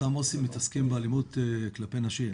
אותם עו"סים מתעסקים באלימות כלפי נשים.